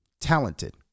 talented